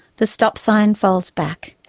the stop sign folds back,